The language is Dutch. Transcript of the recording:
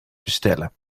bestellen